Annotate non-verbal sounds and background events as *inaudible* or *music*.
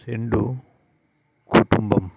రెండు *unintelligible*